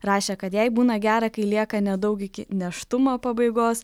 rašė kad jai būna gera kai lieka nedaug iki nėštumo pabaigos